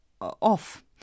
off